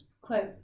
Quote